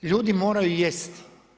Ljudi moraju jesti.